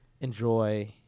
enjoy